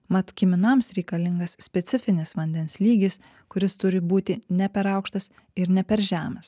mat kiminams reikalingas specifinis vandens lygis kuris turi būti ne per aukštas ir ne per žemas